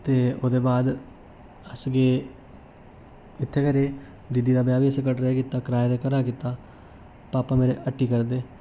ते ओह्दे बाद अस गे इत्थै गै रेह् दीदी दा ब्याह् बी असें कटरे गै कीता कराए दे घरा कीता पापा मेरे हट्टी करदे